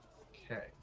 Okay